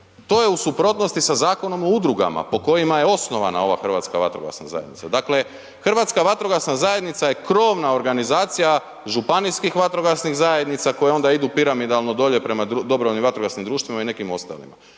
To je u suprotnosti sa Zakonom o udrugama po kojima je osnovana ova Hrvatska vatrogasna zajednica. Dakle, Hrvatska vatrogasna zajednica je krovna organizacija županijskih vatrogasnih zajednica koje onda idu piramidalno dolje prema dobrovoljnim vatrogasnim društvima i nekim ostalima.